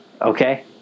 okay